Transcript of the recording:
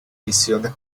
visiones